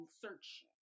search